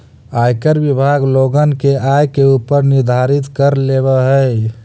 आयकर विभाग लोगन के आय के ऊपर निर्धारित कर लेवऽ हई